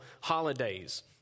holidays